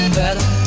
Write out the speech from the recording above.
better